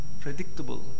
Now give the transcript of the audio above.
predictable